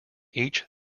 each